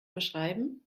beschreiben